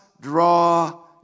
draw